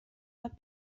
باید